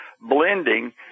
blending